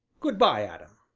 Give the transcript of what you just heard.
good-by, adam!